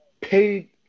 paid